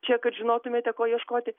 čia kad žinotumėte ko ieškoti